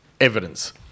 evidence